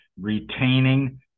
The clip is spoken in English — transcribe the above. retaining